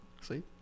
see